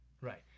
Right